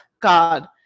God